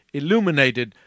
illuminated